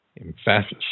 Emphasis